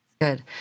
Good